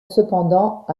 cependant